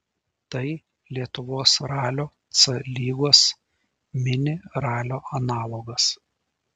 tai lietuvos ralio c lygos mini ralio analogas